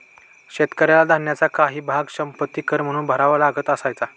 शेतकऱ्याला धान्याचा काही भाग संपत्ति कर म्हणून भरावा लागत असायचा